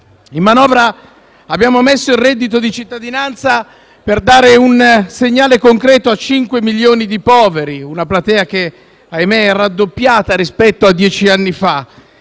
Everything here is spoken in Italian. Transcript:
In manovra abbiamo messo il reddito di cittadinanza, per dare un segnale concreto a 5 milioni di poveri, una platea che - ahimè - è raddoppiata rispetto a dieci anni fa,